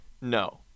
No